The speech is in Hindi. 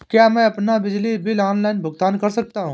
क्या मैं अपना बिजली बिल ऑनलाइन भुगतान कर सकता हूँ?